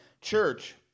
church